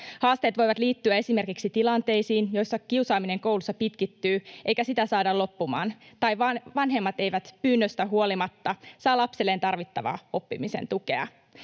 Haasteet voivat liittyä esimerkiksi tilanteisiin, joissa kiusaaminen koulussa pitkittyy eikä sitä saada loppumaan tai vanhemmat eivät pyynnöstä huolimatta saa lapselleen tarvittavaa oppimisen tukea.